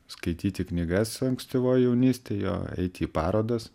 skaityti knygas ankstyvoj jaunystėj jo eiti į parodas